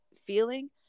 feeling